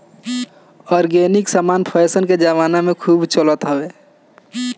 organic समान fashion के जमाना में खूब चलत हवे